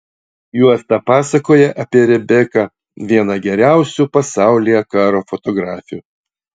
juosta pasakoja apie rebeką vieną geriausių pasaulyje karo fotografių